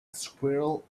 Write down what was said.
squirrel